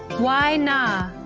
y na.